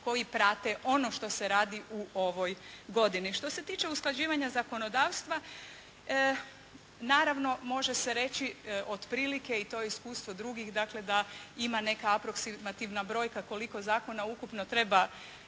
koji prate ono što se radi u ovoj godini. Što se tiče usklađivanja zakonodavstva naravno može se reći otprilike i to je iskustvo drugih, dakle da ima neka aproksimativna brojka koliko zakona ukupno treba